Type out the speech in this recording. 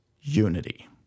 unity